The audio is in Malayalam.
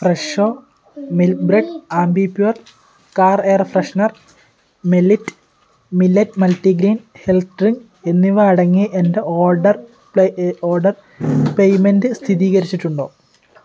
Fresho milk bread Ambipur car air freshener മേലിറ്റ് മില്ലറ്റ് മൾട്ടിഗ്രെയിൻ ഹെൽത്ത് ഡ്രിങ്ക് എന്നിവ അടങ്ങിയ എന്റെ ഓർഡർ പ്ലേ ഓർഡർ പേയ്മെന്റ് സ്ഥിതീകരിച്ചിട്ടുണ്ടോ